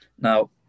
Now